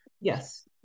Yes